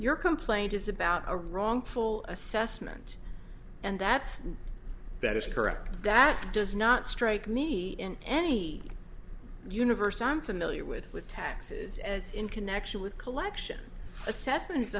your complaint is about a wrongful assessment and that's that is correct that does not strike me in any universe i'm familiar with with taxes as in connection with collection assessment